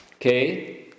okay